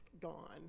gone